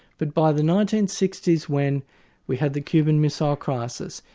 but by the nineteen sixty s when we had the cuban missile crisis,